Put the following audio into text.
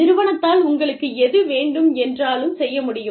நிறுவனத்தால் உங்களுக்கு எதுவேண்டும் என்றாலும் செய்ய முடியும்